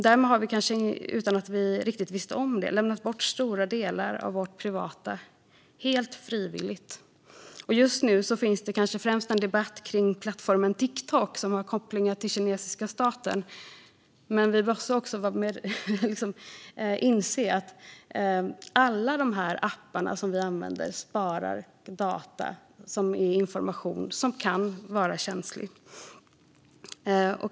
Därmed har vi kanske utan att vi riktigt visste om det lämnat bort stora delar av våra privata data - helt frivilligt. Just nu förs debatten kanske främst om plattformen Tiktok, som har kopplingar till den kinesiska staten. Men vi måste inse att alla appar vi använder sparar data med information som kan vara känslig.